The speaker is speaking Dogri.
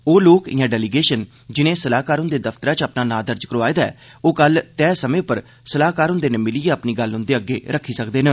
ओह् लोक यां डेलीगेशन जिनें सलाह्कार हुंदे दफ्तरै च अपने नां दर्ज करोआए दे न ओह् कल तय समें पर सलाह्कार हुंदे'नै मिलियै अपनी गल्ल उंदे अग्गे रक्खी सकदे न